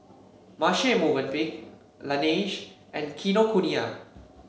Marche Movenpick Laneige and Kinokuniya